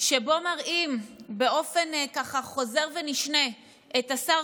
שבו מראים באופן ככה חוזר ונשנה את השר